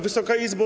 Wysoka Izbo!